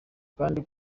kandi